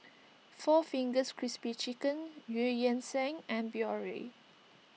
four Fingers Crispy Chicken Eu Yan Sang and Biore